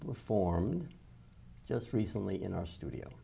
performed just recently in our studio